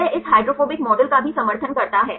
यह इस hydrophobic model का भी समर्थन करता है